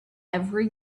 every